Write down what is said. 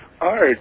Art